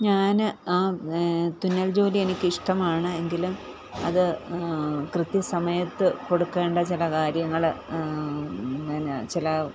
ഞാന് തുന്നൽ ജോലിയെനിക്കിഷ്ടമാണ് എങ്കിലും അത് കൃത്യ സമയത്ത് കൊടുക്കേണ്ട ചില കാര്യങ്ങള് പിന്നെ ചില